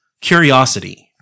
Curiosity